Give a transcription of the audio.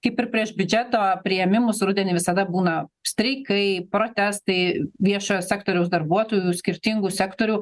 kaip ir prieš biudžeto priėmimus rudenį visada būna streikai protestai viešojo sektoriaus darbuotojų skirtingų sektorių